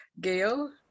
Gail